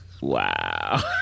Wow